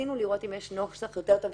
ניסינו לראות אם יש נוסח יותר טוב,